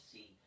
See